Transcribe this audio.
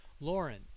Lauren